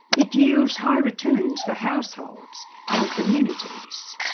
it yields high returns for households and communities.